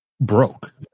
broke